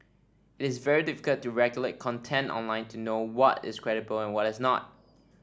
it's very difficult to regulate content online to know what is credible and what is not